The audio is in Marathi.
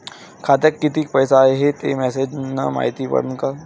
खात्यात किती पैसा हाय ते मेसेज न मायती पडन का?